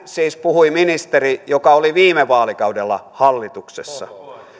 siis puhui ministeri joka oli viime vaalikaudella hallituksessa